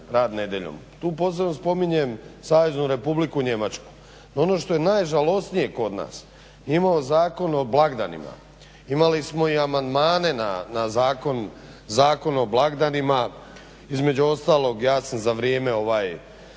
Tu posebno spominjem Saveznu Republiku Njemačku. No, ono što je najžalosnije kod nas mi imamo Zakon o blagdanima, imali smo i amandmane na Zakon o blagdanima, između ostalog ja sam za vrijeme ne